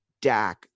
Dak